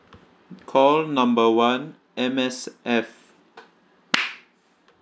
call number one M_S_F